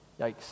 Yikes